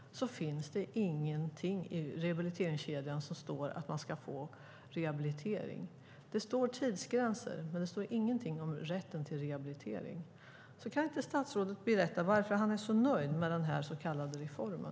Det finns ingenting i rehabiliteringskedjan som säger att man ska få rehabilitering. Det finns tidsgränser, men det står ingenting om rätten till rehabilitering. Kan inte statsrådet berätta varför han är så nöjd med den här så kallade reformen?